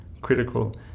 critical